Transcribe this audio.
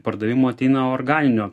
pardavimų ateina organinio